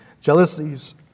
jealousies